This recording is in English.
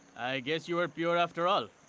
guess you were pure after all.